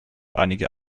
einige